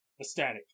ecstatic